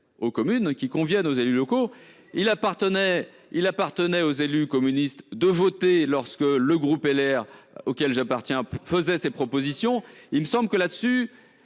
aux communes qui conviennent aux élus locaux. Il appartenait il appartenait aux élus communistes de voter lorsque le groupe LR auquel j'appartiens faisait ses propositions. Il me semble que là dessus